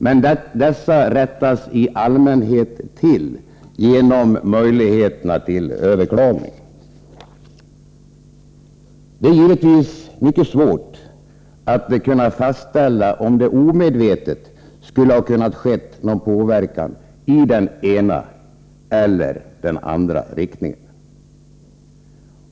Men dessa rättas i allmänhet till genom möjligheterna till överklagning. Det är givetvis mycket svårt att kunna fastställa om det omedvetet skulle ha kunnat ske någon påverkan i den ena eller den andra riktningen.